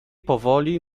powoli